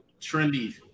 trendy